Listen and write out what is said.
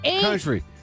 country